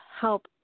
help